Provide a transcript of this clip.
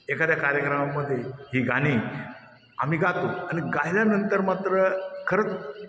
एखाद्या कार्यक्रमामध्ये ही गाणी आम्ही गातो आणि गायल्यानंतर मात्र खरंच